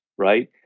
right